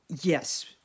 Yes